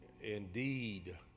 indeed